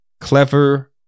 Clever